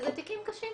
וזה תיקים קשים.